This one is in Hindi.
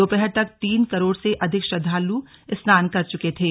दोपहर तक तीन करोड़ से अधिक श्रद्धाल स्नान कर चुके थे